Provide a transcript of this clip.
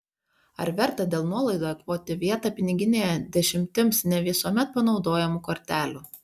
ar verta dėl nuolaidų eikvoti vietą piniginėje dešimtims ne visuomet panaudojamų kortelių